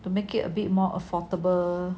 to make it a bit more affordable